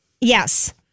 Yes